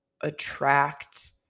attract